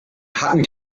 hatten